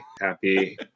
happy